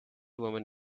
woman